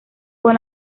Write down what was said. con